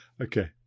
Okay